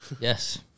Yes